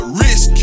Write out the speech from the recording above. risk